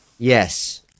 Yes